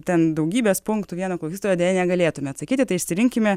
ten daugybės punktų vieno klausytojo deja negalėtumėme atsakyti tai išsirinkime